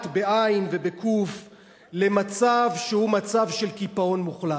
למצב של קיפאון מוחלט.